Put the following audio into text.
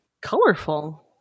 colorful